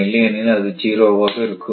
இல்லையெனில் அது ஜீரோவாக இருக்கும்